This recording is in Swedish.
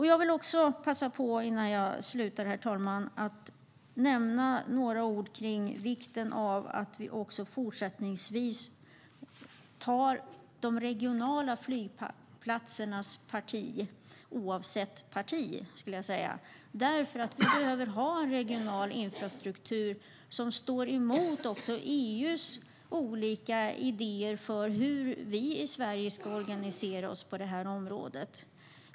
Jag vill passa på innan jag slutar, herr talman, att säga några ord om vikten av att vi också fortsättningsvis tar de regionala flygplatsernas parti - oavsett parti, skulle jag säga - eftersom vi behöver ha en regional infrastruktur som står emot EU:s olika idéer om hur vi i Sverige ska organisera oss på det här området.